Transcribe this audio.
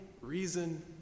reason